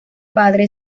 padre